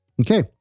Okay